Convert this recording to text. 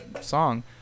song